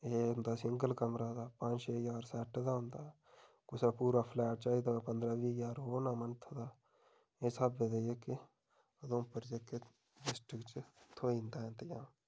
एह् होंदा सिंगल कमरा दा पंज छे ज्हार सैट दा होंदा कुसै पूरा फ्लैट चाहिदा पंदरां बीह् ज्हार ओह् होना मंथ दा एह् स्हाबै ते जेह्के उधमपुर च डिस्ट्रिक च थ्होई जंदा ऐ इंतजाम